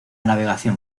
navegación